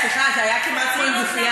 סליחה, זה היה כמעט כמו עם גופייה.